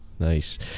Nice